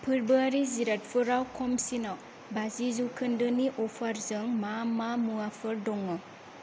फोर्बोआरि जिरादफोराव खमसिनाव बाजि जौखोन्दोनि अफारजों मा मा मुवाफोर दङ